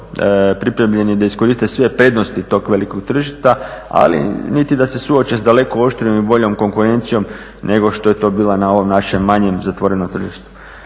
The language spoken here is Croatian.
pripremljeni da iskoriste sve prednosti tog velikog tržišta, ali niti da se suoče sa daleko oštrijom i boljom konkurencijom nego što je to bila na ovom našem manjem zatvorenom tržištu.